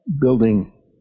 building